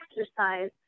exercise